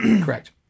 Correct